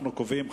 אנחנו קובעים,